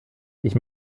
ich